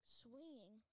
swinging